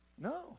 No